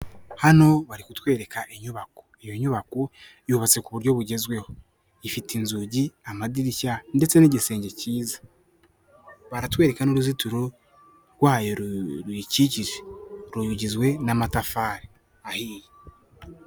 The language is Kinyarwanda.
Hano bari kumwetwereka inyubako, iyo nyubako yubatse ku buryo bugezweho. Ifite inzugi, amadirishya ndetse n'igisenge cyiza, baratwereka n'uruzitiro rwayo rwayo ruyikikije rugizwe n'amatafari ahiye.